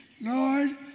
Lord